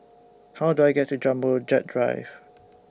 How Do I get to Jumbo Jet Drive